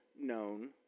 known